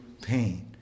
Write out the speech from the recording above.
pain